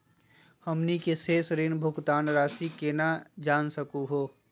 हमनी के शेष ऋण भुगतान रासी केना जान सकू हो?